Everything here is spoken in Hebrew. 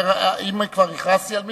האם כבר הכרזתי על מישהו?